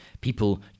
people